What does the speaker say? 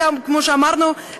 כמו שאמרנו,